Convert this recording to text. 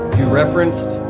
referenced,